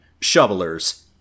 shovelers